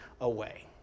away